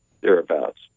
thereabouts